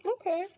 Okay